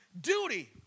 duty